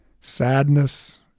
Sadness